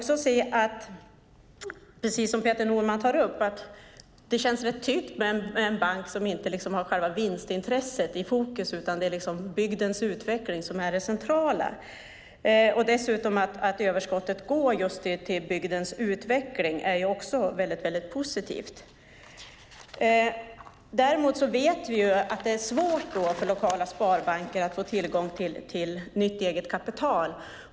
Som Peter Norman säger känns det tryggt med en bank som inte har vinstintresset i fokus utan det är bygdens utveckling som är det centrala. Att överskottet dessutom går till bygdens utveckling är också mycket positivt. Däremot vet vi att det är svårt för lokala sparbanker att få tillgång till nytt eget kapital.